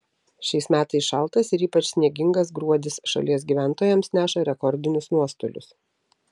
šiais metais šaltas ir ypač sniegingas gruodis šalies gyventojams neša rekordinius nuostolius